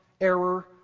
error